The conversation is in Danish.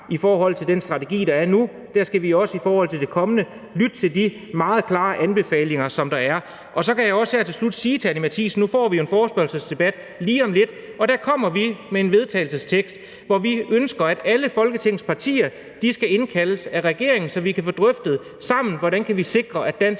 i forhold til den strategi, der er nu, også i forhold til det kommende lytte til de meget klare anbefalinger, som der er. Så kan jeg her til slut også sige til Anni Matthiesen, at vi jo nu lige om lidt får en forespørgselsdebat, hvor vi kommer med et forslag til vedtagelse, hvor vi ønsker, at alle Folketingets partier skal indkaldes af regeringen, så vi sammen kan få drøftet, hvordan vi kan sikre, at den